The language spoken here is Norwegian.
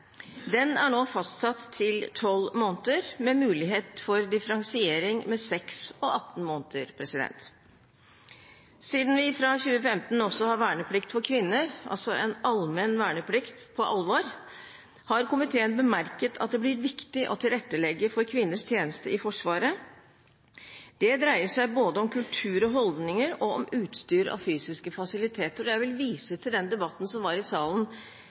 Den er nå fastsatt til 12 måneder, med mulighet for differensiering med 6 og 18 måneder. Siden vi fra 2015 også har verneplikt for kvinner, altså en allmenn verneplikt på alvor, har komiteen bemerket at det blir viktig å tilrettelegge for kvinners tjeneste i Forsvaret. Det dreier seg både om kultur og holdninger og om utstyr og fysiske fasiliteter. Jeg vil vise til den debatten som var i salen